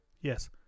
yes